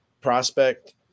prospect